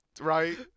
Right